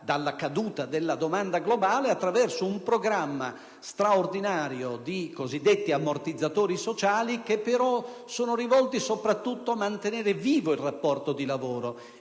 dalla caduta della domanda globale, attraverso un programma straordinario di cosiddetti ammortizzatori sociali, rivolti, da una parte, soprattutto a mantenere vivo il rapporto di lavoro,